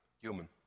human